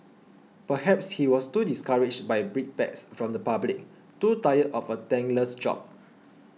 perhaps he was too discouraged by brickbats from the public too tired of a thankless job